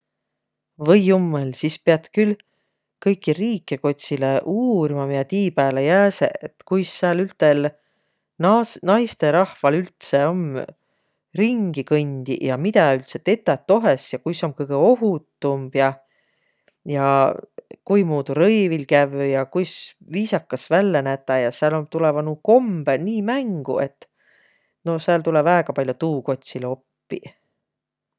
Või jummal, sis piät külh kõiki riike kotsilõ uurma, miä tii pääle jääseq, et kuis sääl ütel naas- naistõrahval üldse om ringi kõndiq ja midä üldse tetäq tohes ja kuis om kõgõ ohutumb ja. Ja kuimuudu rõivil kävvüq ja kuis viisakas vällä nätäq ja. Sääl om, tulõvaq nuuq kombõq nii mängo, et. No sääl tulõ väega pall'o tuu kotsilõ oppiq.